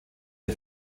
der